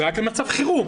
זה רק למצב חירום.